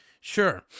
sure